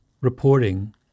reporting